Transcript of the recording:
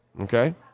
Okay